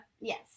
Yes